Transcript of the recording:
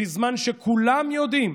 בזמן שכולם יודעים